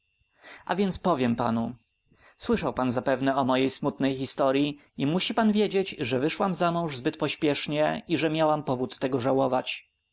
a więc powiem panu słyszał pan zapewne o mojej smutnej historyi i musi pan wiedzieć że wyszłam za mąż zbyt pośpiesznie i że miałam powód tego żałować